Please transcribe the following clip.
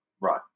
Right